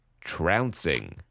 trouncing